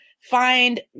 find